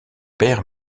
père